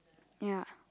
ya